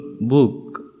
book